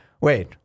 wait